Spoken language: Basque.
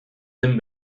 den